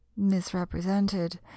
Misrepresented